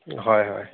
হয় হয়